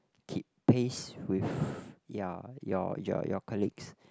keep pace with ya your your your colleagues